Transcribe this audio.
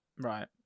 right